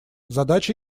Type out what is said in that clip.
задача